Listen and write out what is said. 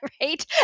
right